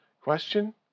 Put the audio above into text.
question